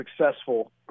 successful